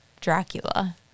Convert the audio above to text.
Dracula